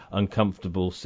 uncomfortable